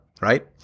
right